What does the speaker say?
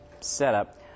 setup